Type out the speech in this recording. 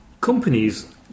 companies